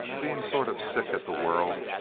being sort of sick at the world,